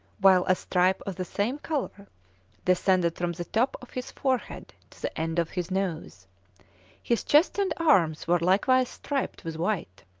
while a stripe of the same colour descended from the top of his forehead to the end of his nose his chest and arms were likewise striped with white.